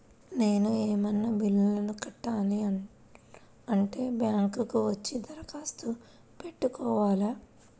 నేను ఏమన్నా బిల్లును కట్టాలి అంటే బ్యాంకు కు వచ్చి దరఖాస్తు పెట్టుకోవాలా?